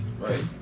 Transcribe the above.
right